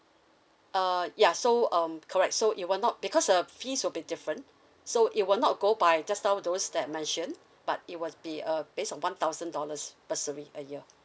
uh ya so um correct so it will not because uh fees will be different so it will not go by just now those that I mentioned but it will be uh based on one thousand dollars bursary a year